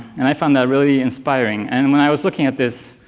and i found that really inspiring. and when i was looking at this,